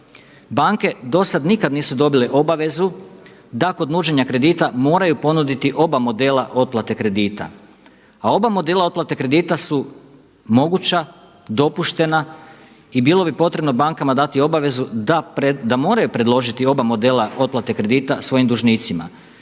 Banke do sada nikad nisu dobile obavezu da kod nuđenja kredite moraju ponuditi oba modela otplate kredita. A oba modela otplate kredita su moguća, dopuštena i bilo bi potrebno bankama dati obavezu da moraju predložiti oba modela otplate kredita svojim dužnicima,